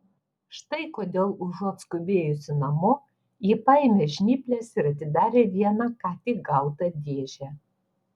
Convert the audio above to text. štai kodėl užuot skubėjusi namo ji paėmė žnyples ir atidarė vieną ką tik gautą dėžę